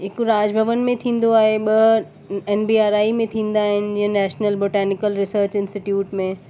हिकु राज भवन में थींदो आहे ॿ एम बी आर आई में थींदा आहिनि या नैशनल बोटैनिकल रिसर्च इंस्टिट्यूट में